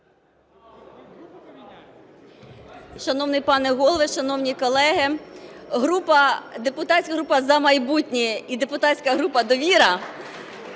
Шановний пане Голово, шановні колеги! Депутатська група "За майбутнє" і депутатська група "Довіра"